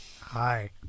hi